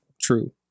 True